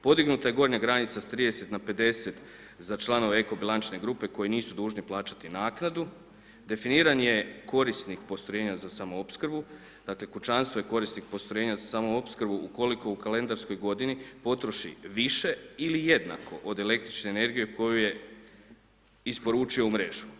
Podignuta je gornja granica s 30 na 50 za članove eko-bilančne grupe koji nisu dužni plaćati naknadu, definiran je korisnik postrojenja za samoopskrbu, dakle kućanstvo je korisnik postrojenja za samoopskrbu ukoliko u kalendarskoj godini potroši više ili jednako od električne energije koju je isporučio u mrežu.